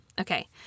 Okay